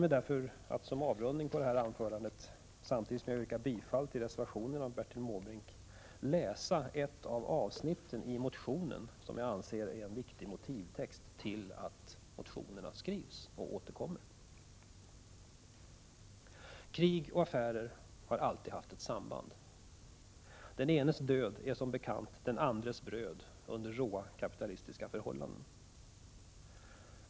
Jag yrkar bifall till reservationen av Bertil Måbrink. Jag nöjer mig med att som avrundning på mitt anförande citera ett av avsnitten i motionen, som jag anser innehålla viktiga motiv till att dessa motioner skrivs och fortsätter att återkomma. ”Krig och affärer har alltid haft ett samband. Den enes död är som bekant den andres bröd under råa kapitalistiska förhållanden.